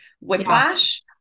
whiplash